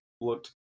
looked